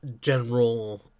general